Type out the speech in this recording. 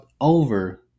over